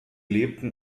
lebten